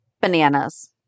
Bananas